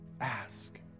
Ask